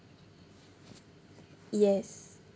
yes